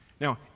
Now